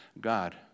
God